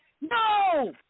No